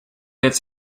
its